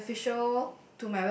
beneficial